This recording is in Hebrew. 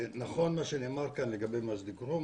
נכון מה שנאמר כאן לגבי מג'ד אל-כרום,